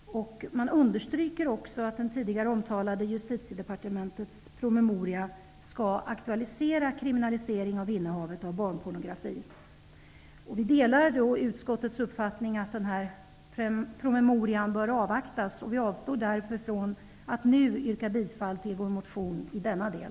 Utskottet understryker också att den tidigare omtalade promemorian från Justitiedepartementet skall aktualisera kriminalisering av innehav av barnpornografi. Vi delar utskottets uppfattning att den här promemorian bör avvaktas. Vi avstår därför från att nu yrka bifall till vår motion i denna del.